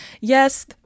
Yes